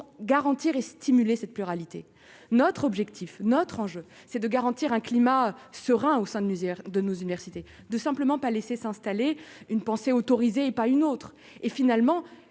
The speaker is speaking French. garantir et stimuler cette pluralité, notre objectif, notre enjeu, c'est de garantir un climat serein au sein de misère de nos universités de simplement pas laisser s'installer une pensée autorisée pas une autre, et finalement